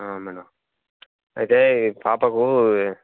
madam అయితే పాపకు